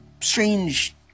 strange